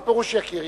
מה פירוש "יכיר"?